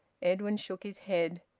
edwin shook his head.